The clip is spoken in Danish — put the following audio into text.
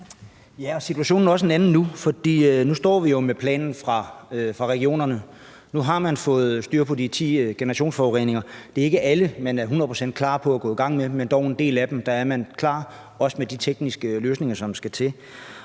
Ja, og situationen er også en anden nu. For nu står vi jo med planen fra regionerne, og nu har man fået styr på de ti generationsforureninger. Det er ikke alle, man er hundrede procent klar til at gå i gang med, men med en del af dem er man dog, også med de tekniske løsninger, som skal til.